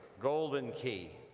golden key,